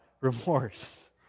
remorse